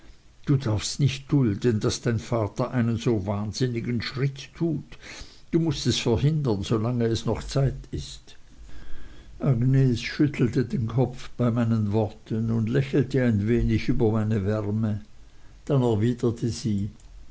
du darfst nicht dulden daß dein vater einen so wahnsinnigen schritt tut du mußt es verhindern so lange es noch zeit ist agnes schüttelte den kopf bei meinen worten und lächelte ein wenig über meine wärme und dann erwiderte sie